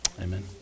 Amen